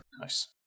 Nice